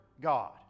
God